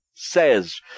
Says